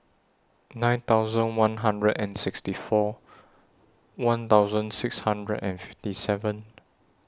nine thousand one hundred and sixty four one thousand six hundred and fifty seven